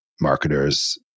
marketers